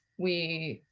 we,